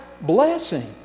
blessing